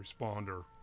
responder